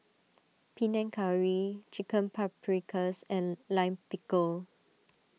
Panang Curry Chicken Paprikas and Lime Pickle